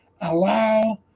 allow